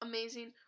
Amazing